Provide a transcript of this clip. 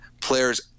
players